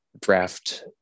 draft